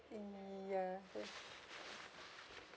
ya that's